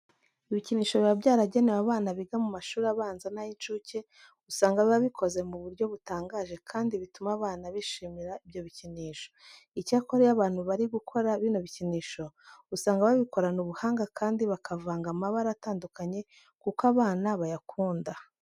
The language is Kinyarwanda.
Ibikinisho biba byaragenewe abana biga mu mashuri abanza n'ay'incuke usanga biba bikoze mu buryo butangaje kandi bituma abana bishimira ibyo bikinisho. Icyakora iyo abantu bari gukora bino bikinisho usanga babikorana ubuhanga kandi bakavanga amabara atandukanye kuko abana bayakunda.